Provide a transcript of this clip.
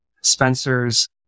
Spencer's